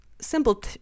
simple